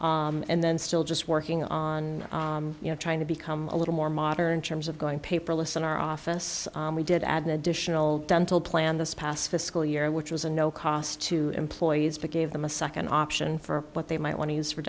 and then still just working on you know trying to become a little more modern terms of going paperless in our office we did add an additional dental plan this past fiscal year which was a no cost to employees but gave them a second option for what they might want to use for